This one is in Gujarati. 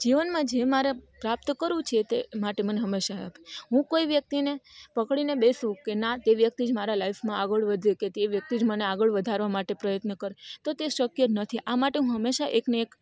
જીવનમાં જે મારા પ્રાપ્ત કરું છે તે માટે હંમેશાં હું કોઈ વ્યક્તિને પકડીને બેસું કે ના તે વ્યક્તિ જ મારા લાઈફમાં આગળ વધે કે તે વ્યક્તિ જ મને આગળ વધારવા માટે પ્રયત્ન કરે તો તે શક્ય નથી આ માટે હું હંમેશાં એક ને એક